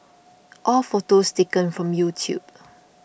all photos taken from YouTube